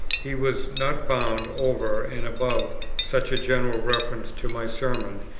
he was not bound, over and above such a general reference to my sermon,